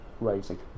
raising